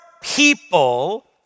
people